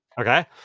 Okay